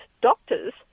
doctors